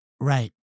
Right